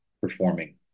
performing